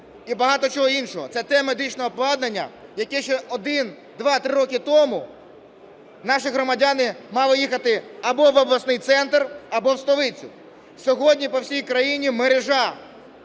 і багато чого іншого. Це те медичне обладнання, яке ще один, два, три роки тому наші громадяни мали їхати або в обласний центр, або в столицю. Сьогодні по всій країні мережа